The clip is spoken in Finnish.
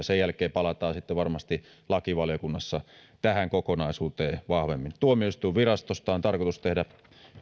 sen jälkeen palataan sitten varmasti lakivaliokunnassa tähän kokonaisuuteen vahvemmin tuomioistuinvirastosta on tarkoitus tehdä